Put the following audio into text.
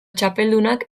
txapeldunak